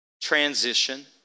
transition